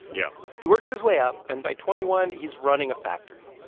yeah he works his way up, and by twenty one, he's running a factory.